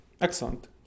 Excellent